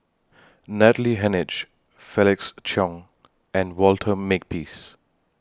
Natalie Hennedige Felix Cheong and Walter Makepeace